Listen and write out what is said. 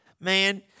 Man